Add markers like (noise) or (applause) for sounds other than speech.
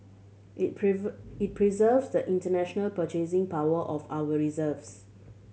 it (unintelligible) it preserves the international purchasing power of our reserves